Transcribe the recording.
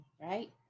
Right